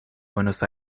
buenos